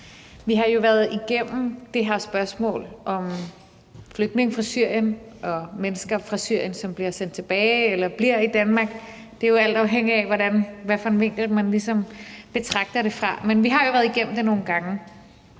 Vi har jo været igennem det her spørgsmål om flygtninge fra Syrien og mennesker fra Syrien, som bliver sendt tilbage eller bliver i Danmark. Det er jo alt afhængigt af, hvad for en vinkel man ligesom betragter det fra. Men vi har jo været igennem det nogle gange,